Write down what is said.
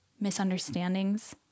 misunderstandings